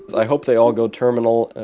i hope they all go terminal.